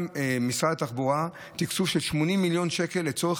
משרד התחבורה יזם תקציב של 80 מיליון שקל לצורך